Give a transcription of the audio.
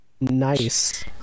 nice